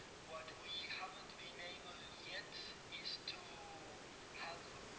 what we haven't been able yet is to have